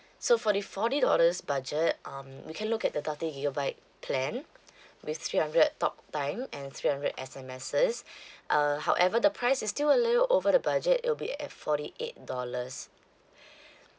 so for the forty dollars budget um you can look at the thirty gigabyte plan with three hundred talktime and three hundred S_M_Ss err however the price is still a little over the budget it'll be at forty eight dollars